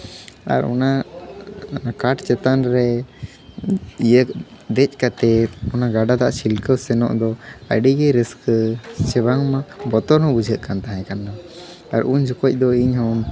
ᱟᱨ ᱚᱱᱟ ᱠᱟᱴ ᱪᱮᱛᱟᱱ ᱨᱮ ᱤᱭᱟᱹ ᱫᱮᱡ ᱠᱟᱛᱮ ᱚᱱᱟ ᱜᱟᱰᱟ ᱫᱟᱜ ᱪᱷᱤᱞᱠᱟᱹᱣ ᱥᱮᱱᱚᱜ ᱫᱚ ᱟᱹᱰᱤ ᱜᱮ ᱨᱟᱹᱥᱠᱟᱹ ᱥᱮ ᱵᱟᱝᱢᱟ ᱵᱚᱛᱚᱨ ᱦᱚᱸ ᱵᱩᱡᱷᱟᱹᱜ ᱠᱟᱱ ᱛᱟᱦᱮᱸ ᱠᱟᱱᱟ ᱟᱨ ᱩᱱ ᱡᱚᱠᱷᱚᱡ ᱫᱚ ᱤᱧ ᱦᱚᱸ